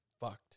fucked